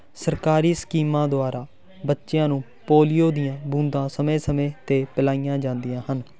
ਸਰਕਾਰੀ ਸਕੀਮਾਂ ਦੁਆਰਾ ਬੱਚਿਆਂ ਨੂੰ ਪੋਲੀਓ ਦੀਆਂ ਬੂੰਦਾਂ ਸਮੇਂ ਸਮੇਂ 'ਤੇ ਪਿਲਾਈਆਂ ਜਾਂਦੀਆਂ ਹਨ